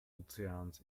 ozeans